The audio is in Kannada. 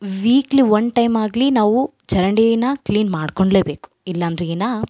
ವೀಕ್ಲಿ ಒನ್ ಟೈಮ್ ಆಗಲಿ ನಾವು ಚರಂಡಿ ಕ್ಲೀನ್ ಮಾಡ್ಕೊಡ್ಲೆ ಬೇಕು ಇಲ್ಲಾಂದರೆ ಏನು